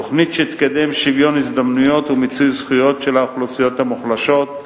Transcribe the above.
תוכנית שתקדם שוויון הזדמנויות ומיצוי זכויות של האוכלוסיות המוחלשות,